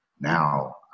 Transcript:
now